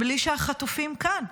בלי שהחטופים כאן.